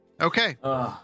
okay